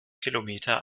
kilometern